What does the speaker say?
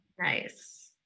nice